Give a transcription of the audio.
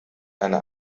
eine